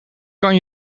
kan